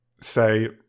say